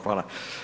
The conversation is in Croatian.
Hvala.